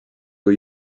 går